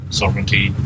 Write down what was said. sovereignty